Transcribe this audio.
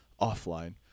offline